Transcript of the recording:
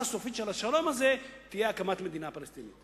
הסופית של השלום הזה תהיה הקמת מדינה פלסטינית,